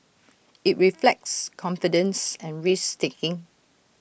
IT reflects confidence and risk taking